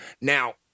now